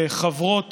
חברות